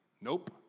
Nope